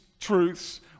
truths